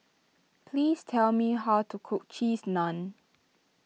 please tell me how to cook Cheese Naan